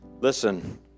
listen